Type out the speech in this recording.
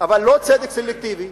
אבל לא צדק סלקטיבי,